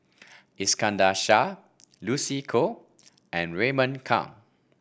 Iskandar Shah Lucy Koh and Raymond Kang